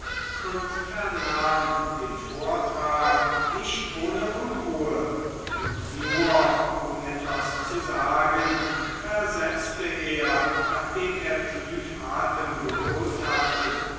und vernahm den vortrag nicht ohne unruhe und nur um etwas zu sagen versetzte er nachdem er tief atem geholt hatte